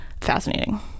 fascinating